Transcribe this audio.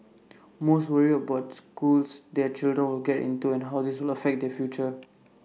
most worry about schools their children will get into and how this will affect their future